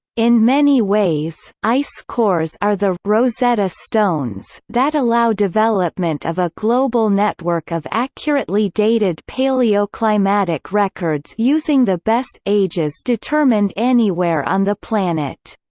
in many ways, ice cores are the rosetta stones that allow development of a global network of accurately dated paleoclimatic records using the best ages determined anywhere on the planet.